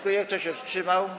Kto się wstrzymał?